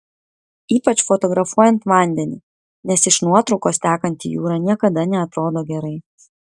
ypač fotografuojant vandenį nes iš nuotraukos tekanti jūra niekada neatrodo gerai